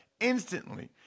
instantly